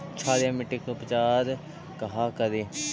क्षारीय मिट्टी के उपचार कहा करी?